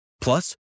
Plus